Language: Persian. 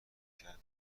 کرد